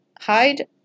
hide